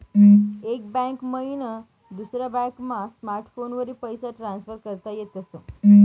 एक बैंक मईन दुसरा बॅकमा स्मार्टफोनवरी पैसा ट्रान्सफर करता येतस